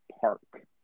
Park